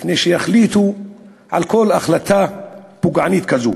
לפני שיחליטו על כל החלטה פוגענית כזאת.